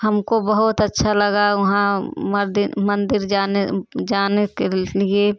हमको बहुत अच्छा लगा वहाँ मंदिर जाने जाने के लिए